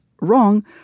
wrong